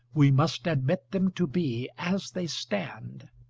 we must admit them to be, as they stand!